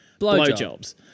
blowjobs